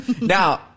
Now